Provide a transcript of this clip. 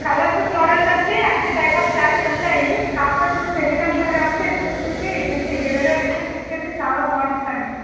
colours models అంటే అంత type of saris ఉంటాయి కాకపోతే ఇప్పుడు పెళ్లికి అంటున్నారు కాబట్టి రిసెప్షన్కి ఇవి వేరేవాళ్లకి రిటర్న్ గిఫ్ట్స్ కింద చాలా బాగుంటాయి సార్ ఇవి